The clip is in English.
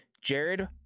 Jared